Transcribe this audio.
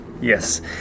yes